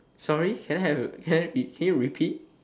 sorry can I have can you re~ can you repeat